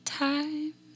time